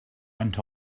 went